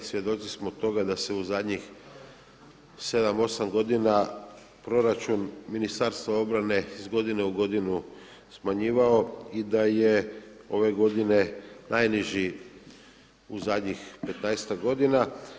Svjedoci smo toga da se u zadnjih 7, 8 godina proračun Ministarstva obrane iz godine u godinu smanjivao i da je ove godine najniži u zadnjih 15-ak godina.